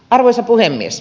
arvoisa puhemies